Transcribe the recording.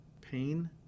pain